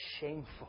shameful